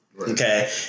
okay